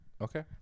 Okay